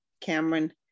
Cameron